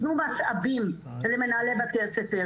תנו משאבים למנהלי בתי הספר,